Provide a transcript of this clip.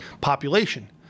population